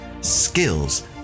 Skills